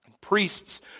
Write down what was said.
Priests